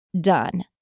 done